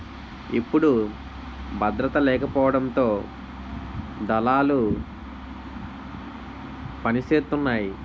ఇప్పుడు భద్రత లేకపోవడంతో దళాలు పనిసేతున్నాయి